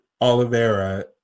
Oliveira